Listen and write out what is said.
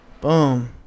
boom